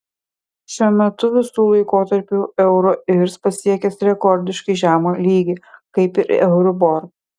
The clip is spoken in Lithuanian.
šiuo metu visų laikotarpių euro irs pasiekęs rekordiškai žemą lygį kaip ir euribor